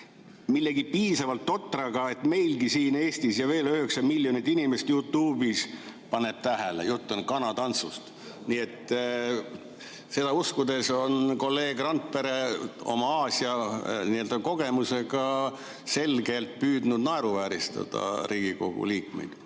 millegi piisavalt totraga, et meilgi siin Eestis ja veel 90 miljonit inimest YouTube'is paneb tähele. Jutt on kanatantsust. Nii et seda uskudes on kolleeg Randpere oma Aasia-kogemusega selgelt püüdnud naeruvääristada Riigikogu liikmeid